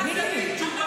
עמדו מפגינים,